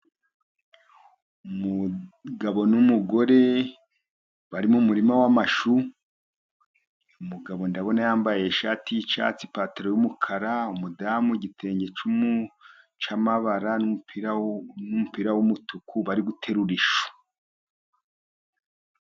Umugabo n'umugore bari mu muririma w'amashu, umugabo ndabona yambaye ishati y'icyatsi, ipantaro y'umukara, umudamu igitenge cy'amabara n'umupira w'umutuku, bari guterura ishu.